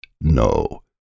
No